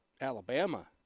Alabama